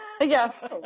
yes